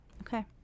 Okay